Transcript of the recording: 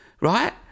right